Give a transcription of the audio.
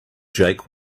jake